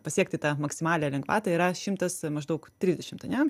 pasiekti tą maksimalią lengvatą yra šimtas maždaug trisdešimt ane